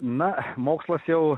na mokslas jau